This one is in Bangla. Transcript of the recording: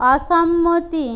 অসম্মতি